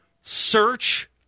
search